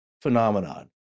phenomenon